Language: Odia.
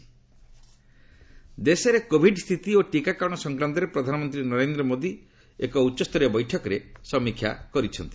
ପିଏମ୍ ମିଟିଂ ଦେଶରେ କୋଭିଡ୍ ସ୍ଥିତି ଓ ଟିକାକରଣ ସଂକ୍ରାନ୍ତରେ ପ୍ରଧାନମନ୍ତ୍ରୀ ନରେନ୍ଦ୍ର ମୋଦି ଏକ ଉଚ୍ଚସ୍ତରୀୟ ବୈଠକରେ ସମୀକ୍ଷା କରିଛନ୍ତି